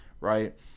right